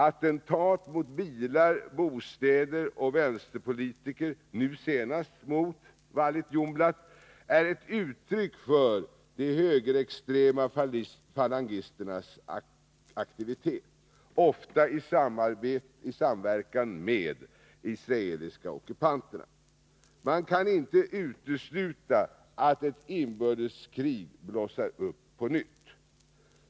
Attentat mot bilar, bostäder och vänsterpolitiker, nu senast mot Walid Yumblatt, är ett uttryck för de högerextrema falangisternas aktivitet, ofta i samverkan med de israeliska ockupanterna. Man kan inte utesluta att ett inbördeskrig blossar upp på nytt.